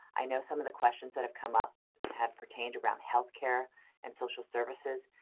i know some of the questions that have come up have pertained around health care and social services,